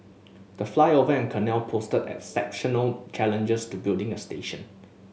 the flyover and canal posed exceptional challenges to building a station